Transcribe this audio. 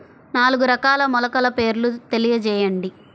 నాలుగు రకాల మొలకల పేర్లు తెలియజేయండి?